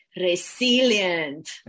resilient